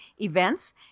events